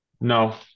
No